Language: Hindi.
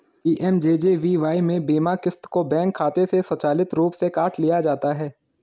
पी.एम.जे.जे.बी.वाई में बीमा क़िस्त को बैंक खाते से स्वचालित रूप से काट लिया जाता है